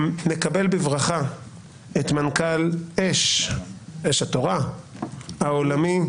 נקבל בברכה את מנכ"ל אש התורה העולמי,